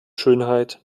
schönheit